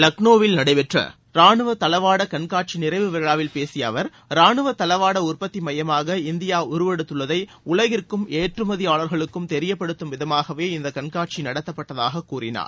லக்னோவில் நடைபெற்ற ராணுவ தளவாட கண்காட்சி நிறைவு விழாவில் பேசிய அவர் ராணுவத் தளவாட உற்பத்தி உமையமாக இந்தியா உருவெடுத்துள்ளதை உலகிற்கும் ஏற்றுமதியாளர்களுக்கும் தெரியப்படுத்தும் விதமாகவே இந்த கண்காட்சி நடத்தப்பட்டதாகக் கூறினார்